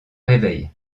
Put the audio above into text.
réveille